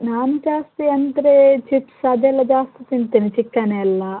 ನಾನು ಜಾಸ್ತಿ ಅಂದರೆ ಚಿಪ್ಸ್ ಅದೆಲ್ಲ ಜಾಸ್ತಿ ತಿಂತೇನೆ ಚಿಕನ್ ಎಲ್ಲ